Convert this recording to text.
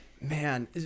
Man